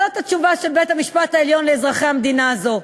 זאת התשובה של בית-המשפט העליון לאזרחי המדינה הזאת.